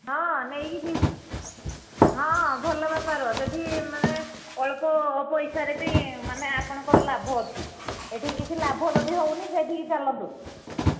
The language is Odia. ହଁ ନେଇକିଛି ହଁ ଭଲ ବେପାର ସେଠି ମାନେ ଅଳ୍ପ ପଇସାରେ ବି ମାନେ ଆପଣଙ୍କର ଲାଭ ଅଛି ଏଠି କିଛି ଲାଭ ଯଦି ହଉନି ସେଇଠିକି ଚାଲନ୍ତୁ